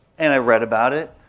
and i read about it.